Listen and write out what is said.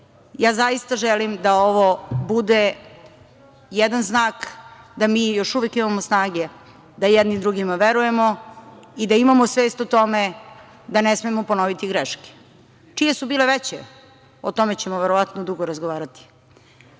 Ja zaista želim da ovo bude jedan znak da mi još uvek imamo snage da jedni drugima verujemo i da imamo svest o tome da ne smemo ponoviti greške. Čije su bile veće, o tome ćemo verovatno dugo razgovarati,